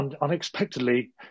unexpectedly